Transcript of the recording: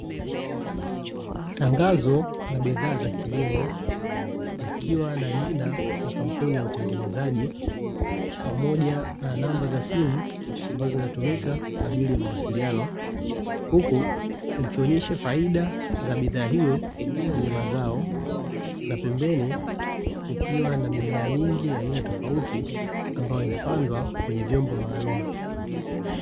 Tangazo la bidhaa za kilimo, likiwa na jina la kampuni ya utengenezaji pamoja na namba za simu, ambazo zinatumika kwa ajili ya mawasiliano huku likionyesha faida za bidhaa hiyo kwenye mazao na pembeni kukiwa na mimea mingi ya aina tofauti ambayo imepandwa kwenye vyombo maalumu.